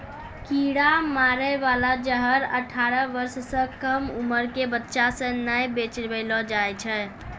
कीरा मारै बाला जहर अठारह बर्ष सँ कम उमर क बच्चा सें नै बेचबैलो जाय छै